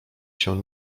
się